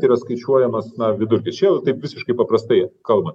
tai yra skaičiuojamas na vidurkis čia jau taip visiškai paprastai kalbant